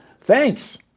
Thanks